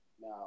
Now